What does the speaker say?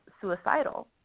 suicidal